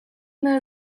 though